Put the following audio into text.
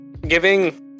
Giving